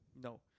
No